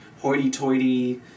hoity-toity